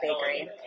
Bakery